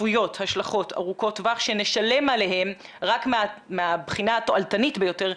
צפויות השלכות ארוכות טווח שנשלם עליהן רק מהבחינה התועלתנית ביותר,